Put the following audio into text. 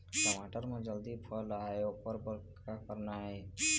टमाटर म जल्दी फल आय ओकर बर का करना ये?